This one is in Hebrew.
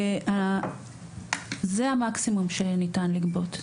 זה המקסימום שניתן לגבות.